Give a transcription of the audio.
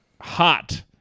hot